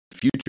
future